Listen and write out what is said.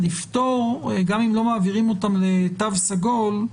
גם אם לא מעבירים אותם לתו סגול,